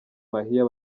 mahia